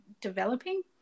developing